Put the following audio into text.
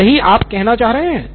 तो यही आप कहना चाह रहे हैं